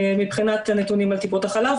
מבחינת הנתונים על טיפות החלב,